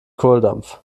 kohldampf